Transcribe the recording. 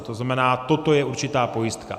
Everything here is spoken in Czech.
To znamená, toto je určitá pojistka.